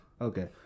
Okay